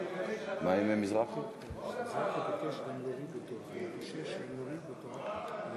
אני מקווה שאת לא הולכת לבכות עוד הפעם על